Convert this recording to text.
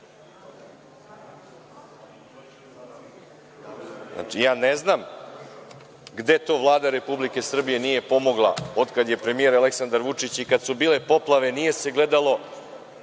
pravili. Ne znam gde to Vlada Republike Srbije nije pomogla otkad je premijer Aleksandar Vučić i kada su bile poplave nije se gledalo